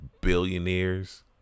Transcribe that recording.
billionaires